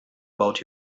about